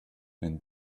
and